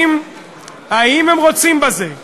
האם הם רוצים בזה?